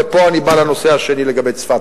ופה אני בא לנושא השני, לגבי צפת.